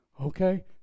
Okay